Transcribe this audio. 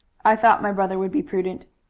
i thought my brother would be prudent.